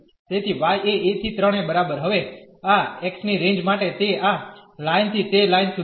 તેથી y એ a થી 3 a બરાબર હવે આ x ની રેન્જ માટે તે આ લાઈન થી તે લાઈન સુધી છે